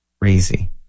Crazy